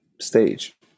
stage